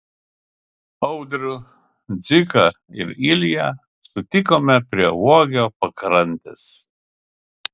audrių dziką ir ilją sutikome prie uogio pakrantės